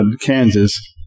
Kansas